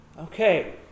Okay